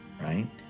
right